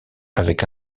avec